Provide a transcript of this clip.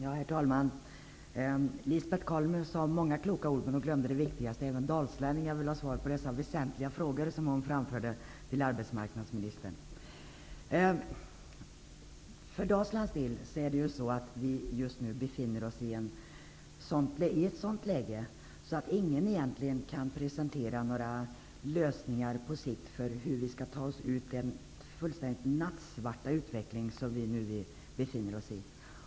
Herr talman! Lisbet Calner sade många kloka ord, men hon glömde det viktigaste: Även dalslänningar vill ha svar på de väsentliga frågor som hon framställde till arbetsmarknadsministern. I Dalsland befinner vi oss just nu i ett sådant läge att ingen egentligen kan presentera några lösningar för hur vi på sikt skall ta oss ur den helt nattsvarta utveckling som vi nu befinner oss i.